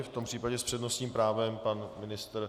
V tom případě s přednostním právem pan ministr.